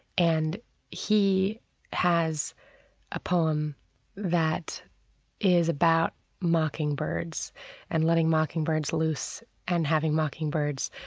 and he has a poem that is about mockingbirds and letting mockingbirds loose and having mockingbirds